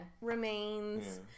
remains